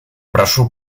прошу